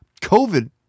COVID